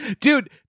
Dude